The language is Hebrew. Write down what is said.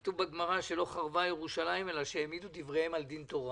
כתוב בתורה שלא חרבה ירושלים אלא שהעמידו דבריהם על דין תורה